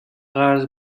قرض